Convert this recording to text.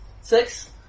Six